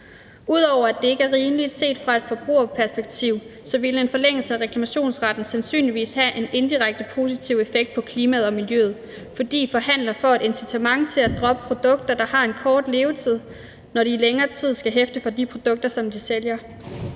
Ud over at det ikke er rimeligt set fra et forbrugerperspektiv, ville en forlængelse af reklamationsretten sandsynligvis have en indirekte positiv effekt på klimaet og miljøet, fordi forhandlere får et incitament til at droppe produkter, der har en kort levetid, når de i længere tid skal hæfte for de produkter, som de sælger.